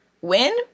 win